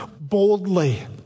boldly